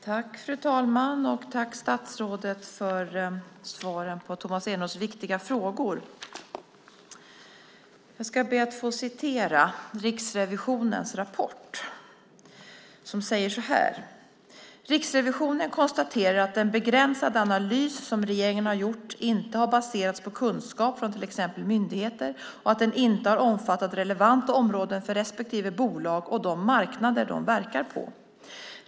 Fru talman! Jag vill tacka statsrådet för svaren på Tomas Eneroths viktiga frågor. Jag ska be att få citera Riksrevisionens rapport som säger så här: "Riksrevisionen konstaterar att den begränsade analys som regeringen har gjort inte har baserats på områdeskunskap från t.ex. myndigheter, och att den inte har omfattat relevanta områden för respektive bolag och de marknader de verkar på.